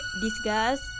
disgust